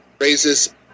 raises